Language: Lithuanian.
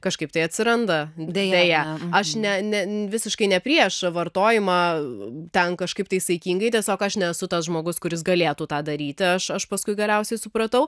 kažkaip tai atsiranda deja aš ne ne visiškai ne prieš vartojimą ten kažkaip tai saikingai tiesiog aš nesu tas žmogus kuris galėtų tą daryti aš paskui galiausiai supratau